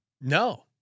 No